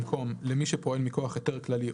במקום "למי שפועל מכוח היתר כללי,